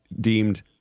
deemed